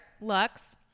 Lux